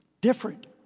different